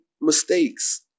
mistakes